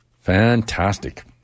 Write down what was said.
Fantastic